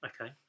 okay